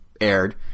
aired